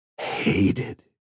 hated